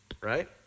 right